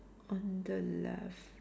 on the left